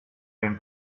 den